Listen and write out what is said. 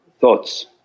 thoughts